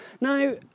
Now